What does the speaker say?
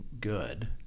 good